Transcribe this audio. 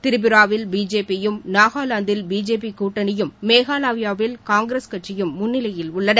திரிபுராவில் பிஜேபியும் நாகாவாந்தில் பிஜேபி கூட்டணியும் மேகாலயாவில் காங்கிரஸ் கட்சியும் முன்னணியில் உள்ளன